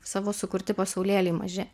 savo sukurti pasaulėliai maži